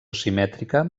simètrica